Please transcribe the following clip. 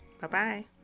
Bye-bye